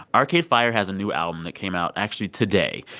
arcade fire has a new album that came out actually today.